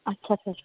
ਅੱਛਾ ਸਰ